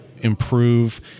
improve